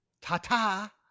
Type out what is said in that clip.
Ta-ta